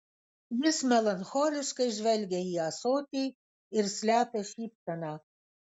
jis melancholiškai žvelgia į ąsotį ir slepia šypseną